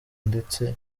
ndetse